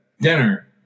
dinner